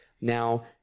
Now